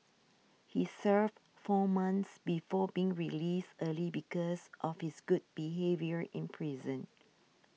he served four months before being released early because of his good behaviour in prison